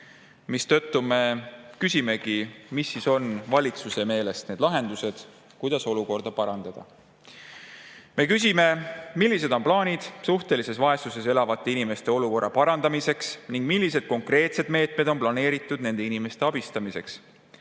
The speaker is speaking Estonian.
mistõttu me küsimegi, mis siis on valitsuse meelest need lahendused, kuidas olukorda parandada. Me küsime, millised on plaanid suhtelises vaesuses elavate inimeste olukorra parandamiseks ning millised konkreetsed meetmed on planeeritud nende inimeste abistamiseks.